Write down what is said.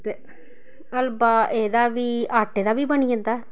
ते हलबा एह्दा बी आटे दा बी बनी जंदा ऐ